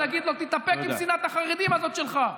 ולהגיד לו: תתאפק עם שנאת החרדים הזאת שלך.